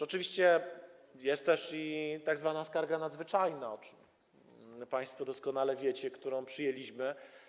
Oczywiście jest też tzw. skarga nadzwyczajna, o czym państwo doskonale wiecie, którą przyjęliśmy.